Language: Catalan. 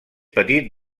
petit